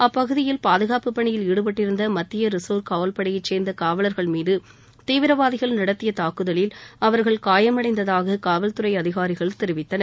அப்பகுதியில் பாதுகாப்புப் பணியில் ஈடுபட்டிருந்த மத்திய ரிசர்வ் காவல்படையை சேர்ந்த காவலர்கள் மீது தீவிரவாதிகள் நடத்திய தாக்குதலில் அவர்கள் காயமடைந்ததாக காவல்துறை அதிகாரிகள் தெரிவித்தனர்